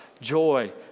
joy